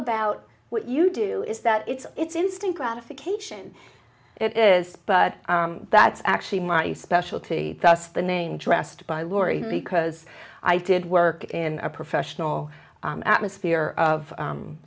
about what you do is that it's it's instant gratification it is but that's actually my specialty thus the name dressed by lori because i did work in a professional atmosphere of